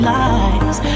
lies